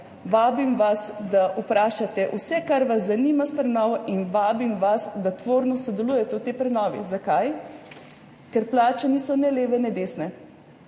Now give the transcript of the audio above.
Vabim vas, da vprašate vse, kar vas zanima o prenovi, in vabim vas, da tvorno sodelujete v tej prenovi. Zakaj? Ker plače niso ne leve ne desne.